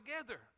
together